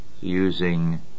using